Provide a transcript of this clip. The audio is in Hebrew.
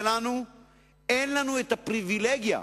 אין לנו את הפריווילגיה,